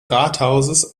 rathauses